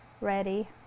ready